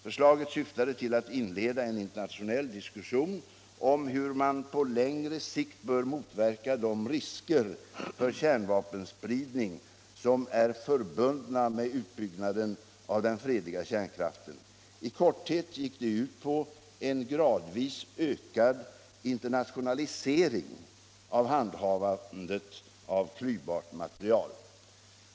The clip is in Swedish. Förslaget syftade till att inleda en internationell diskussion om hur man på längre sikt bör söka motverka de risker för kärnvapenspridning som är förbundna med utbyggnaden av den fredliga kärnkraften. I korthet gick det ut på en gradvis ökad internationalisering av handhavandet av klyvbart material.